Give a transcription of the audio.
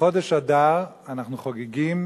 בחודש אדר אנחנו חוגגים